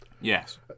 Yes